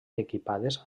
equipades